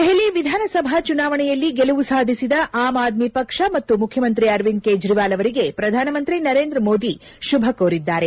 ದೆಹಲಿ ವಿಧಾನಸಭಾ ಚುನಾವಣೆಯಲ್ಲಿ ಗೆಲುವು ಸಾಧಿಸಿದ ಆಮ್ ಆದ್ಮಿ ಪಕ್ಷ ಮತ್ತು ಮುಖ್ಯಮಂತ್ರಿ ಅರವಿಂದ ಕೇಜ್ರವಾಲ್ ಅವರಿಗೆ ಪ್ರಧಾನಮಂತ್ರಿ ನರೇಂದ್ರ ಮೋದಿ ಶುಭ ಕೋರಿದ್ದಾರೆ